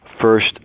first